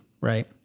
Right